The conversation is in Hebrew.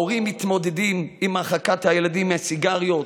ההורים מתמודדים עם הרחקת הילדים מסיגריות,